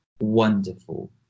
wonderful